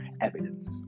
evidence